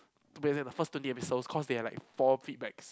to be exact the first twenty episodes cause they are like four feedbacks